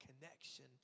connection